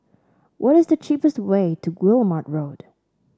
what is the cheapest way to Guillemard Road